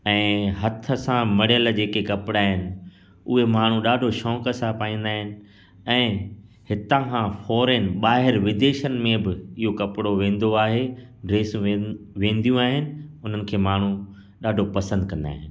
ऐं हथ सां जेके मढ़ियल जेके कपिड़ा आहिनि उहे माण्हू ॾाढो शौक़ सां पाईंदा आहिनि ऐं हितां खां फ़ॉरेन ॿायर विदेशनि में बि इहो कपिड़ो वेंदो आहे ड्रेसूं वेंदी वेंदियूं आहिनि हुननि खे माण्हू ॾाढो पसंदि कंदा आहिनि